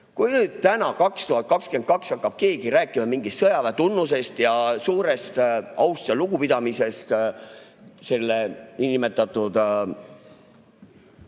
Kui nüüd 2022 hakkab keegi rääkima mingist sõjaväetunnusest ja suurest aust ja lugupidamisest selle niinimetatud